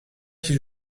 qui